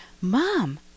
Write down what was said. Mom